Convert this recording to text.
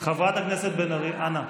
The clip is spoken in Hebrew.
חברת הכנסת בן ארי, אנא.